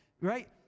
right